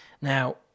Now